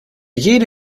jede